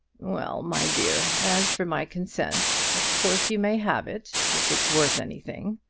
well, my dear, as for my consent, of course you may have it if it's worth anything.